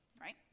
right